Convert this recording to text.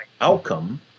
outcome